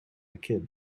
kid